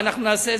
ואנחנו נעשה,